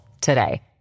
today